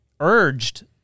urged